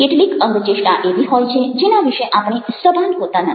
કેટલીક અંગચેષ્ટા એવી હોય છે જેના વિશે આપણે સભાન હોતા નથી